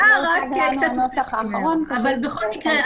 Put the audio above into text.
אין --- אבל בכל מקרה,